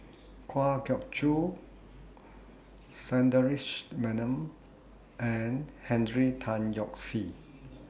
Kwa Geok Choo Sundaresh Menon and Henry Tan Yoke See